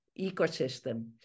ecosystem